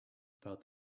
about